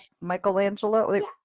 michelangelo